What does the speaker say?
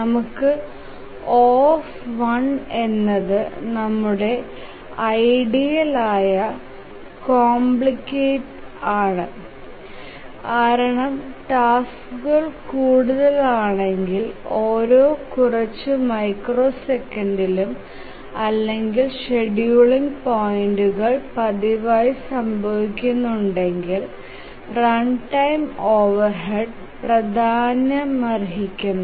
നമുക്ക് O എന്നത് നമ്മുടെ ഐഡിയൽ ആയ കോംപ്ലക്സിറ്റി ആണ് കാരണം ടാസ്ക്കുകൾ കൂടുതലാണെങ്കിൽ ഓരോ കുറച്ച് മൈക്രോസെക്കൻഡിലും അല്ലെങ്കിൽ ഷെഡ്യൂളിംഗ് പോയിൻറുകൾ പതിവായി സംഭവിക്കുന്നുണ്ടെങ്കിൽ റൺടൈം ഓവർഹെഡ് പ്രാധാന്യമർഹിക്കുന്നു